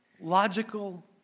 logical